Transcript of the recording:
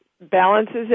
Balances